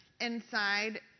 inside